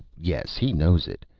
yes, he knows it.